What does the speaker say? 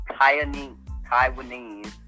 Taiwanese